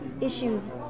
issues